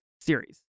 series